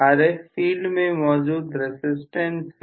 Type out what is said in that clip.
Rf field में मौजूद resistance है